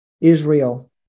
israel